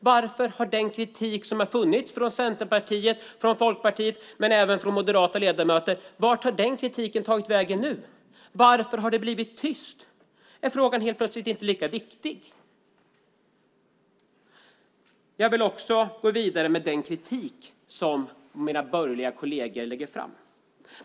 Vart har den kritik som har funnits från Centerpartiet och Folkpartiet och även från moderata ledamöter tagit vägen? Varför har det blivit tyst? Är frågan plötsligt inte lika viktig? Jag vill också gå vidare med den kritik som mina borgerliga kolleger lägger fram.